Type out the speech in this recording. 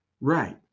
Right